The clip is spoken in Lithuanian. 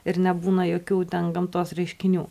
ir nebūna jokių ten gamtos reiškinių